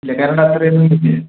ഇല്ല കറണ്ട് അത്ര